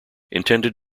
intended